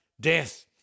death